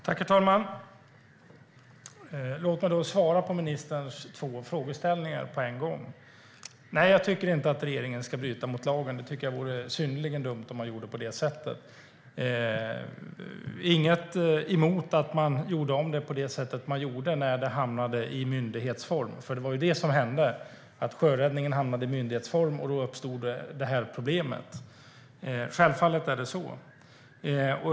Herr talman! Låt mig svara på ministerns två frågor. Nej, jag tycker inte att regeringen ska bryta mot lagen. Det vore synnerligen dumt att göra det. Jag har inget emot att man gjorde om det på det sätt man gjorde, så att verksamheten hamnade i myndighetsform. För det var ju det som hände: Sjöräddningen hamnade i myndighetsform, och då uppstod det här problemet.